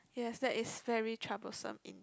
yes that is very troublesome in the